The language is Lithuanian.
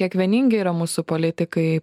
kiek vieningi yra mūsų politikai